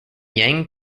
yang